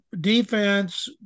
defense